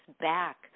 back